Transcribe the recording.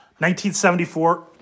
1974